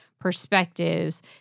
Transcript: perspectives—